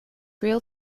real